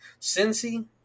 Cincy